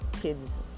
kids